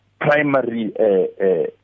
primary